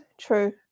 true